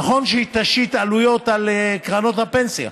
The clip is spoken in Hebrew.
נכון שהיא תשית עלויות על קרנות הפנסיה.